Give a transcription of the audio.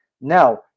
Now